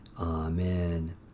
Amen